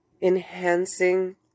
enhancing